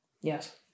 yes